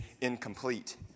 incomplete